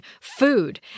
Food